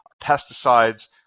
pesticides